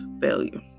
failure